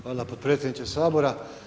Hvala potpredsjedniče Sabora.